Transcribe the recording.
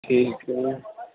ٹھیک ہے